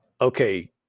Okay